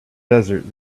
desert